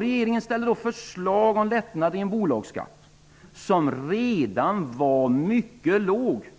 Regeringen framställde då förslag om lättnader i en bolagsskatt som redan var mycket låg.